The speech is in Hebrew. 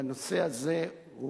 והנושא הזה,